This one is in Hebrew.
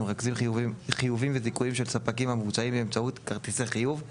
המרכזים חיובים וזיכויים של ספקים המבוצעים באמצעות כרטיסי חיוב;